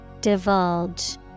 Divulge